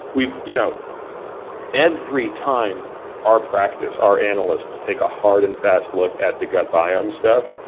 we've, you know every time our practice, our analysts take a hard and fast look at the gut biome stuff,